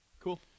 Cool